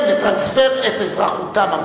לטרנספר את אזרחותם.